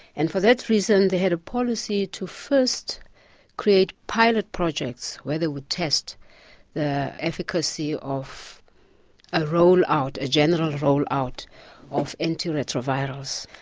and for that reason they had a policy to first create pilot projects where they would test the efficacy of a roll-out, a general roll-out of anti-retrovirals.